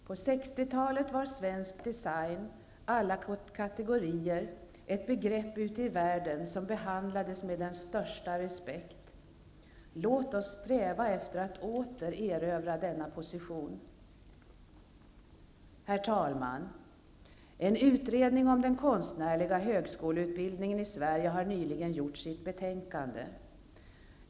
På 60-talet var svensk design alla kategorier ett begrepp ute i världen som behandlades med den största respekt. Låt oss sträva efter att åter erövra denna position. Herr talman! En utredning om den konstnärliga högskoleutbildningen i Sverige har nyligen kommit fram med sitt betänkande.